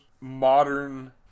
modern